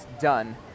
done